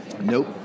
Nope